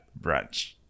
brunch